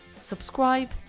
Subscribe